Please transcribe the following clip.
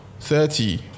thirty